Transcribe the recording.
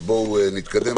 בואו נתקדם.